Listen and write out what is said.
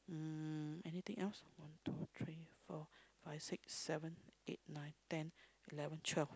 um anything else one two three four five six seven eight nine ten eleven twelve